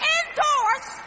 endorse